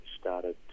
started